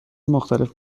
مختلف